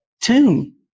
tomb